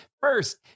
First